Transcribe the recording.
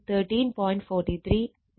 43o ampere എന്നാണ്